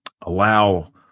allow